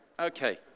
Okay